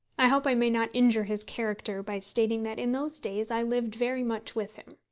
i hope i may not injure his character by stating that in those days i lived very much with him.